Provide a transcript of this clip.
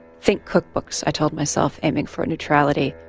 think cook books i told myself aiming for neutrality,